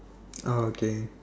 ah okay